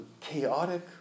chaotic